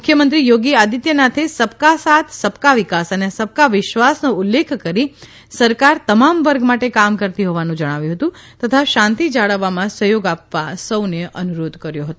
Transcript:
મુખ્યમંત્રી યોગી આદિત્યનાથે સબકા સાથ સબકા વિકાસ અને સબકા વિશ્વાસનો ઉલ્લેખ કરી સરકાર તમામ વર્ગ માટે કામ કરતી હોવાનું જણાવ્યું હતું તથા શાંતી જાળવવામાં સહયોગ આપવા સૌને અનુરોધ કર્યો છે